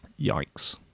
Yikes